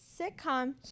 Sitcom